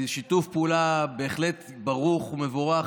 שיתוף פעולה עם הקואליציה בהחלט ברוך ומבורך,